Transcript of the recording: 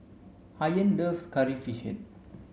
Ayaan loves curry fish head